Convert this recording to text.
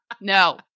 no